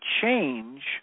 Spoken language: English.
change